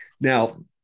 Now